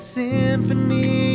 symphony